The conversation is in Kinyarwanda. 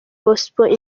gospel